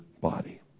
body